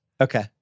Okay